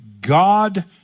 God